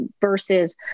versus